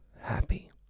happy